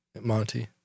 Monty